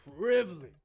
Privilege